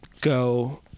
go